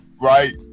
right